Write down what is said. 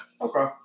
Okay